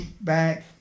back